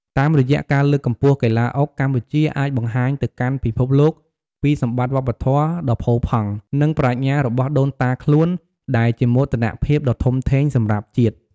តាមរយៈការលើកកម្ពស់កីឡាអុក កម្ពុជាអាចបង្ហាញទៅកាន់ពិភពលោកពីសម្បត្តិវប្បធម៌ដ៏ផូរផង់ និងប្រាជ្ញារបស់ដូនតាខ្លួន ដែលជាមោទនភាពដ៏ធំធេងសម្រាប់ជាតិ។